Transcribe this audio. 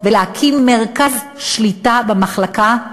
ולהקים מרכז שליטה במחלקה,